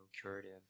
curative